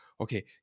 okay